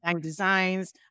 Designs